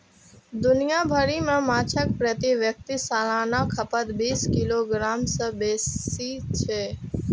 दुनिया भरि मे माछक प्रति व्यक्ति सालाना खपत बीस किलोग्राम सं बेसी छै